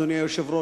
אדוני היושב-ראש,